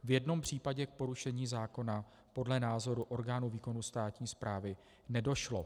V jednom případě k porušení zákona podle názoru orgánu výkonu státní správy nedošlo.